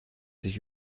sich